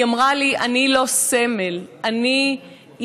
היא אמרה לי: אני לא סמל, אני אימא.